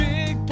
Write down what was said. Big